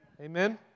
Amen